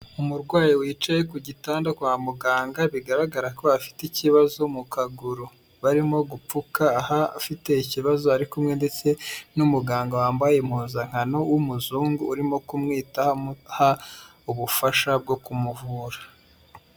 Umurwayi wicaye ku gitanda kwa muganga, bigaragara ko afite ikibazo mu kaguru barimo gupfuka, afite ikibazo ari kumwe ndetse n'umuganga wambaye impuzankano w'umuzungu urimo kumwita amuha ubufasha bwo kumuvura.